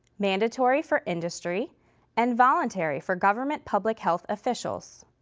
mandatory for industry and voluntary for government public-health officials.